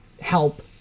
help